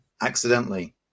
accidentally